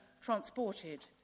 transported